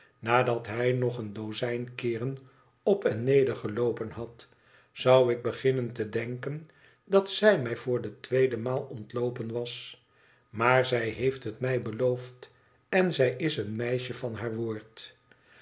nadat hij nog een dozijn keerenop en neder geloopen had izou ik beginnen te denken dat zij mij voor de tweede maal ontloopen was maa zij heeft het mij beloofden zij is een meisje van haar woord